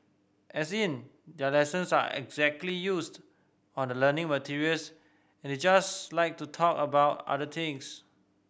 as in their lessons aren't exactly used on the learning materials and they just like to talk about other things